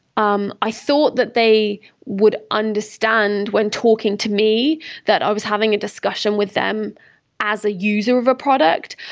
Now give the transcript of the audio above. um i thought that they would understand when talking to me that i was having a discussion with them as a user of a product.